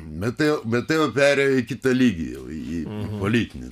bet tai bet tai jau perėjo į kitą lygį jau į politinį